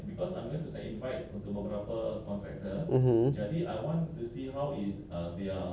in the email if I remember it correctly yes they say like that ah